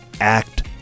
Act